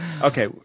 Okay